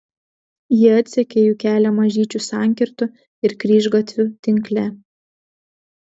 ji atsekė jų kelią mažyčių sankirtų ir kryžgatvių tinkle